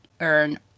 earn